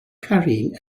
carrying